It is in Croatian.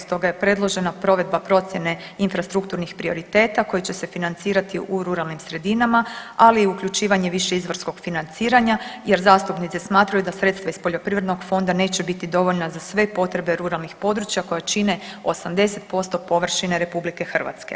Stoga je predložena provedba procjene infrastrukturnih prioriteta koji će se financirati u ruralnim sredinama, ali i uključivanje višeizvorskog financiranja jer zastupnici smatraju da sredstva iz poljoprivrednog fonda neće biti dovoljna za sve potrebe ruralnih područja koja čine 80% površine RH.